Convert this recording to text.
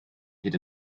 hyd